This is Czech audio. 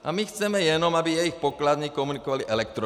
A my chceme jenom, aby jejich pokladny komunikovaly elektronicky.